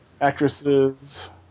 Actresses